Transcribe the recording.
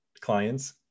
clients